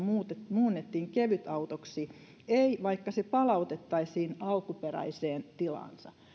muunnettiin kevytautoksi ei vaikka se palautettaisiin alkuperäiseen tilaansa